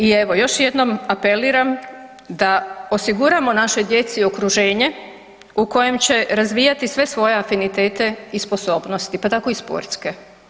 I evo još jednom apeliram da osiguramo našoj djeci okruženje u kojem će razvijati sve svoje afinitete i sposobnosti pa tako i sportske.